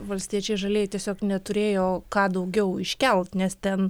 valstiečiai žalieji tiesiog neturėjo ką daugiau iškelt nes ten